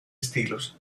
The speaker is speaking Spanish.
estilos